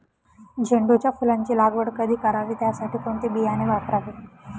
झेंडूच्या फुलांची लागवड कधी करावी? त्यासाठी कोणते बियाणे वापरावे?